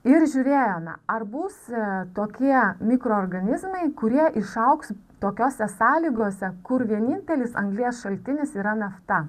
ir žiūrėjome ar bus tokie mikroorganizmai kurie išaugs tokiose sąlygose kur vienintelis anglies šaltinis yra nafta